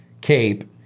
cape